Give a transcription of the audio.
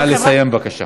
נא לסיים, בבקשה.